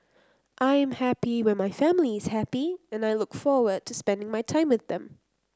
I am happy when my family is happy and I look forward to spending my time with them